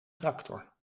tractor